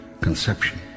conception